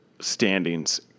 standings